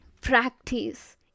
practice